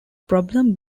problem